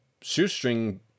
shoestring